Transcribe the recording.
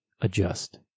adjust